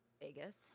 Vegas